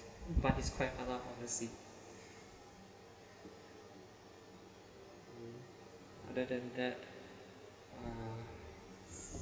but it's quite a lot you see other than that uh